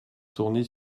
tourner